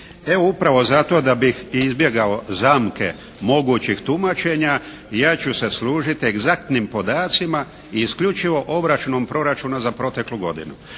Evo upravo zato da bih izbjegao zamke mogućeg tumačenja, ja ću se služit egzaktnim podacima i isključivo obračunom proračuna za proteklu godinu,